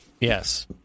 Yes